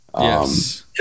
Yes